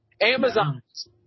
Amazon's